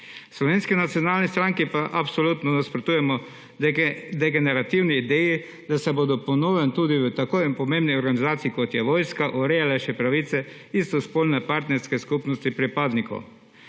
Slovenski nacionalni stranki pa absolutno nasprotujemo degenerativni ideji, da se bodo po novem tudi v tako pomembni organizaciji, kot je vojska, urejale še pravice istospolne partnerske skupnosti pripadnikov.